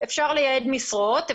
אפשר לייעד משרות,